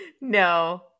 no